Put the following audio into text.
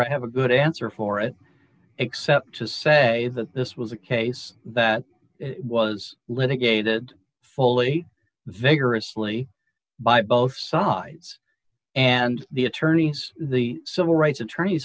right have a good answer for it except to say that this was a case that was litigated fully vigorously by both sides and the attorneys the civil rights attorney